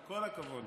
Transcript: כל הכבוד.